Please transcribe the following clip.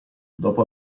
dopo